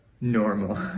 normal